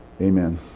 Amen